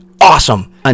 awesome